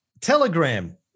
Telegram